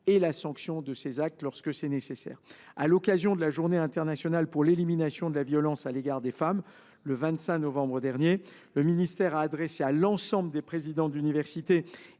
et la sanction de ces actes lorsque c’est nécessaire. À l’occasion de la Journée internationale pour l’élimination de la violence à l’égard des femmes, le 25 novembre dernier, le ministère a adressé à l’ensemble des présidents d’université